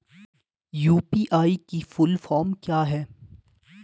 UPI की full form क्या है?